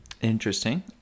interesting